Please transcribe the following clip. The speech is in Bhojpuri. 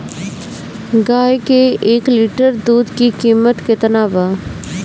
गाय के एक लीटर दूध के कीमत केतना बा?